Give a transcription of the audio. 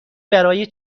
برای